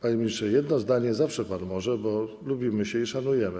Panie ministrze, powiedzieć jedno zdanie zawsze pan może, bo lubimy się i szanujemy.